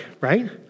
right